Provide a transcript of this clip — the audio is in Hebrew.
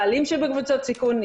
בעלים שבקבוצות סיכון,